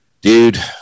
dude